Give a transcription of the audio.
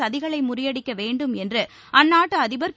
சதிகளை முறியடிக்க வேண்டும் என்று அந்நாட்டு அதிபர் திரு